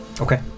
Okay